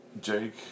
Jake